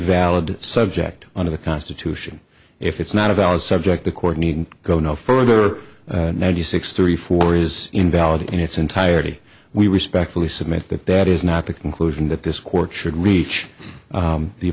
valid subject under the constitution if it's not a valid subject the court needn't go no further ninety six three four is invalid in its entirety we respectfully submit that that is not the conclusion that this court should reach